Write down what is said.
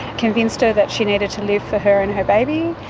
convinced her that she needed to live for her and her baby,